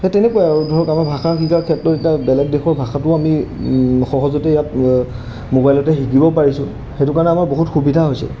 সেই তেনেকুৱাই আৰু ধৰক আমাৰ ভাষা শিকাৰ ক্ষেত্ৰত এতিয়া বেলেগ দেশৰ ভাষাটোও আমি সহজতে ইয়াত মোবাইলতে শিকিব পাৰিছোঁ সেইটো কাৰণে আমাৰ বহুত সুবিধা হৈছে